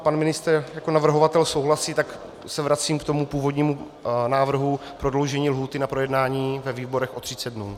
Pan ministr jako navrhovatel souhlasí, tak se vracím k původnímu návrhu na prodloužení lhůty na projednání ve výborech o 30 dnů.